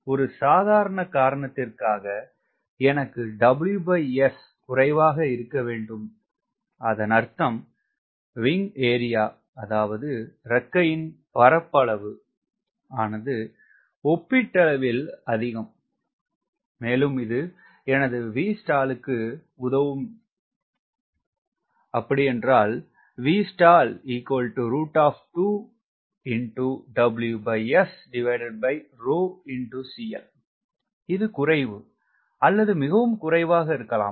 ஒரு சாதாரண காரணத்திற்காக எனக்கு WS குறைவாக இருக்க வேண்டும் அதன் அர்த்தம் S ஆனது ஒப்பீட்டளவில் அதிகம் மேலும் இது எனது Vstall க்கு உதவும் எதுவெனில் இது குறைவு அல்லது மிகவும் குறைவாக இருக்கலாம்